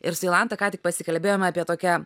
ir su jolanta ką tik pasikalbėjom apie tokią